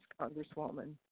congresswoman